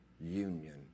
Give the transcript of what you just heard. union